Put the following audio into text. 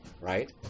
right